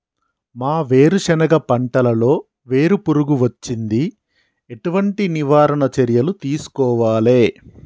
మా వేరుశెనగ పంటలలో వేరు పురుగు వచ్చింది? ఎటువంటి నివారణ చర్యలు తీసుకోవాలే?